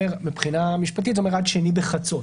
מבחינה משפטית זה אומר עד שני בחצות,